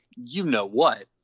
you-know-what